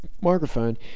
microphone